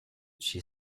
she